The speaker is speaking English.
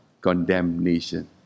condemnation